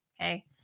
okay